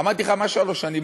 אמרתי לך: מה שלוש שנים?